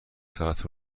ساعت